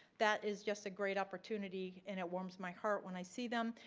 that is just a great opportunity and it warms my heart when i see them.